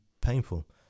painful